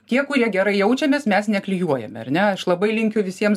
tie kurie gerai jaučiamės mes neklijuojame ar ne aš labai linkiu visiems